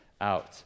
out